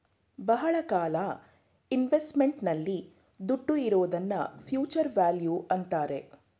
ಬಹಳ ಕಾಲ ಇನ್ವೆಸ್ಟ್ಮೆಂಟ್ ನಲ್ಲಿ ದುಡ್ಡು ಇರೋದ್ನ ಫ್ಯೂಚರ್ ವ್ಯಾಲ್ಯೂ ಅಂತಾರೆ